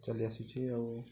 ଚାଲିଆସୁଛି ଆଉ